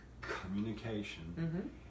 communication